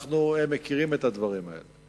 אנחנו מכירים את הדברים האלה.